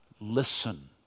listen